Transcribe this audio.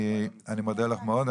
אני מודה לך מאוד,